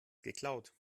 geklaut